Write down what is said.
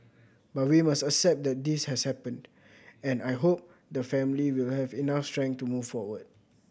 but we must accept that this has happened and I hope the family will have enough strength to move forward